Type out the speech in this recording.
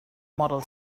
model